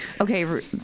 okay